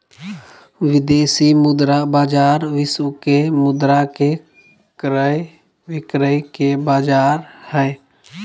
विदेशी मुद्रा बाजार विश्व के मुद्रा के क्रय विक्रय के बाजार हय